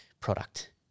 product